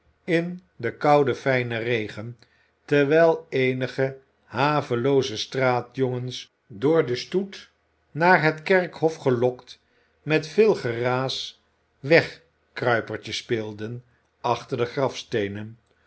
in den kouden fijnen regen terwijl eenige havelooze straatjongens door den stoet naar het kerkhof gelokt met veel geraas wegkruipertje speelden achter de grafsteenen